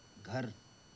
گھر